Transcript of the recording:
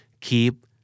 Keep